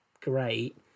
Great